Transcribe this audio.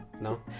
no